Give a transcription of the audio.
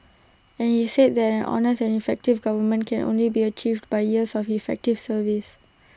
and he said that an honest and effective government can only be achieved by years of effective service